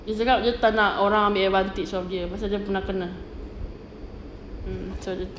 dia cakap dia tak nak orang ambil advantage of dia pasal dia pernah kena mm